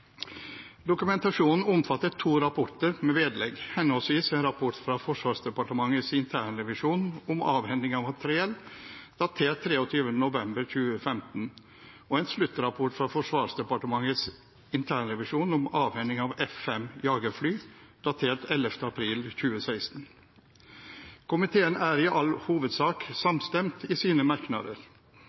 Dokumentasjonen omfattet to rapporter med vedlegg, henholdsvis en rapport fra Forsvarsdepartementets internrevisjon om avhending av materiell, datert 23. november 2015, og en sluttrapport fra Forsvarsdepartementets internrevisjon om avhending av F-5 jagerfly, datert 11. april 2016. Komiteen er i all hovedsak samstemt i sine merknader.